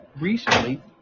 recently